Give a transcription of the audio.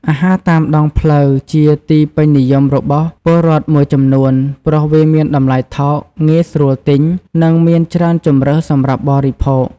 អាហារតាមដងផ្លូវ ជាទីពេញនិយមរបស់ពលរដ្ឋមួយចំនួន ព្រោះវាមានតម្លៃថោក ងាយស្រួលទិញ និងមានច្រើនជម្រើសសម្រាប់បរិភោគ។